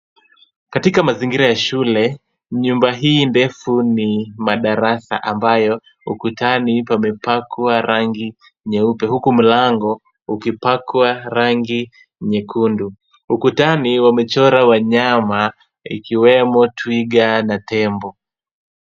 Katika mazingira ya shule, nyumba hii ndefu ni madarasa ambayo ukutani pamepakwa rangi nyeupe, huku mlango ukipakwa rangi nyekundu. Ukutani wamechora wanyama ikiwemo twiga na tembo.